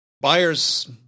Buyers